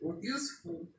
useful